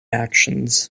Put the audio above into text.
actions